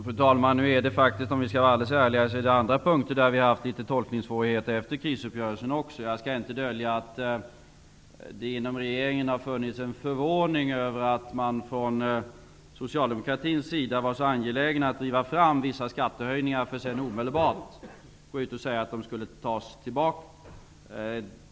Fru talman! Om vi skall vara alldeles ärliga, finns det också andra punkter där vi har haft litet tolkningssvårigheter efter krisuppgörelsen. Jag skall inte dölja att det inom regeringen har funnits en förvåning över att man från Socialdemokratins sida var så angelägen att driva fram vissa skattehöjningar, för att sedan omedelbart gå ut och säga att de skulle tas tillbaka.